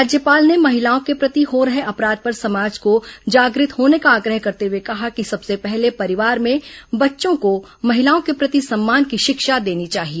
राज्यपाल ने महिलाओं के प्रति हो रहे अपराध पर समाज को जागृत होने का आग्रह करते हुए कहा कि सबसे पहले परिवार में बच्चों को महिलाओं के प्रति सम्मान की षिक्षा देनी चाहिए